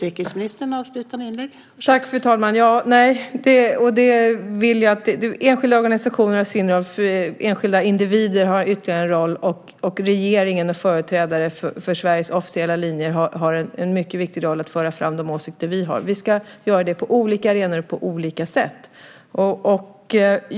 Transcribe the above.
Fru talman! Nej, det vill jag inte. Enskilda organisationer har sin roll, enskilda individer har ytterligare en roll och regeringen är företrädare för Sveriges officiella linje och har en mycket viktig roll i att föra fram de åsikter vi har. Vi ska göra det på olika arenor och på olika sätt.